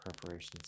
preparations